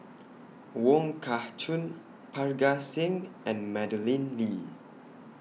Wong Kah Chun Parga Singh and Madeleine Lee